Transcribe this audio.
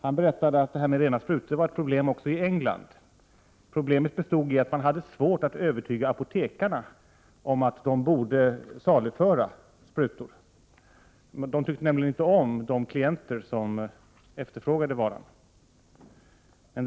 Han berättade att det här med rena sprutor var ett problem också i England. Problemet bestod i att det var svårt att övertyga apotekarna om att de borde saluföra sprutor. Apotekarna tyckte nämligen inte om de klienter som efterfrågade varan.